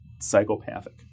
psychopathic